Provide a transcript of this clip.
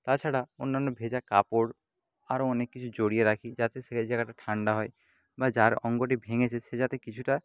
তাছাড়া অন্যান্য ভেজা কাপড় আরো অনেক কিছু জড়িয়ে রাখি যাতে সেই জায়গাটা ঠান্ডা হয় বা যার অঙ্গটি ভেঙেছে সে যাতে কিছুটা